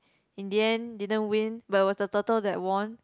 in the end didn't win but was the turtle that won